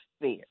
fair